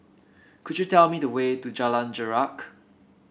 could you tell me the way to Jalan Jarak